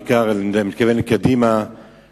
בעיקר אני מתכוון לקדימה,